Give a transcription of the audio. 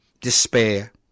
despair